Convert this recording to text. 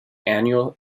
annual